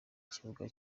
kibuga